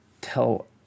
tell